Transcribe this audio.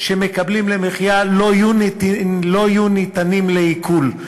לא יהיו ניתנים לעיקול.